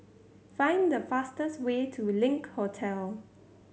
find the fastest way to Link Hotel